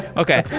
okay.